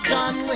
John